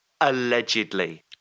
allegedly